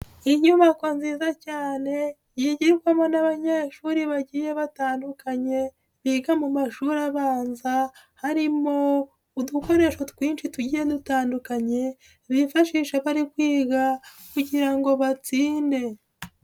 Inyubako nziza cyane, yigirwamo n'abanyeshuri bagiye batandukanye, biga mu mashuri abanza, harimo udukoresho twinshi tugiye dutandukanye, bifashisha bari kwiga kugira ngo batsinde.